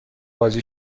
بازی